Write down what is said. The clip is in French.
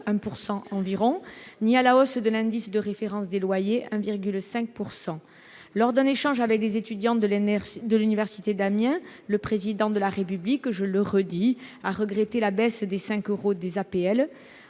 environ, ni à la hausse de l'indice de référence des loyers 1,5 pourcent lors d'un échange avec des étudiants de l'énergie, de l'université d'Amiens, le président de la République, je le redis à regretter la baisse des 5 euros des APL